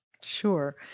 Sure